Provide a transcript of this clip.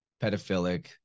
pedophilic